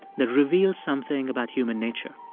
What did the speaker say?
that revealed something about human nature?